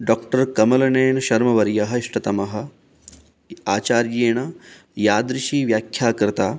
doctor Kamalnayan शर्मवर्यः इष्टतमः आचार्येण यादृशी व्याख्या कृता